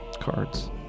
cards